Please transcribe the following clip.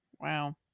Wow